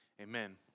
amen